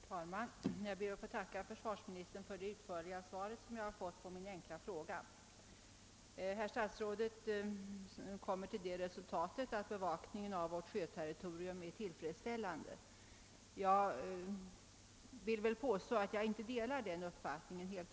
Herr talman! Jag ber att få tacka försvarsministern för det utförliga svar jag fått på min enkla fråga. Herr statsrådet kommer till det resultatet att bevakningen av vårt sjöterri torium är tillfredsställande. Jag delar inte den uppfattningen